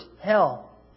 hell